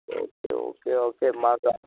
okay okay okay మాకు